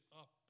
up